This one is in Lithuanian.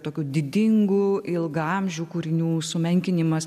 tokių didingų ilgaamžių kūrinių sumenkinimas